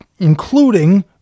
Including